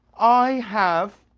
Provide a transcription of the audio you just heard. i have